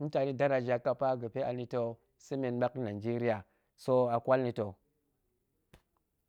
mutani dara ja kapa ga̱pe anita̱ sa̱ men ɓak nanjeriya, so a kwal na̱ ta̱